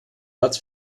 platz